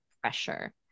pressure